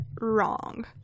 wrong